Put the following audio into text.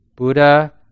Buddha